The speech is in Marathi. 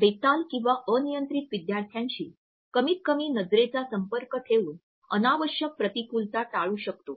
बेताल किंवा अनियंत्रित विद्यार्थ्यांशी कमीतकमी नजरेचा संपर्क ठेवून अनावश्यक प्रतिकूलता टाळू शकतो